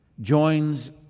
joins